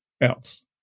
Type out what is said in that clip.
else